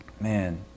Man